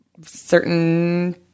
certain